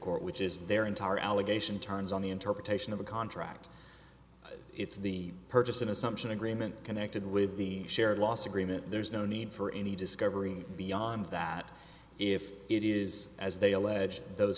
court which is their entire allegation turns on the interpretation of a contract it's the purchase an assumption agreement connected with the shared loss agreement there's no need for any discovery beyond that if it is as they allege those